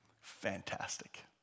fantastic